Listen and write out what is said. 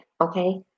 okay